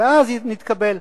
אז נתקבל.